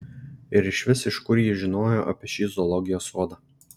ir išvis iš kur ji žinojo apie šį zoologijos sodą